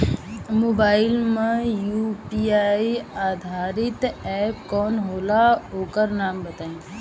Mobile म UPI आधारित app कौन होला ओकर नाम बताईं?